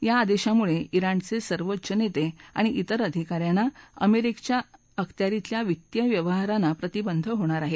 या आदेशामुळे जिणचे सर्वोच्च नेते आणि ात्रेर अधिका यांना अमेरिकेच्या अखत्यारितल्या वित्तीय व्यवहारांना प्रतिबंध होणार आहे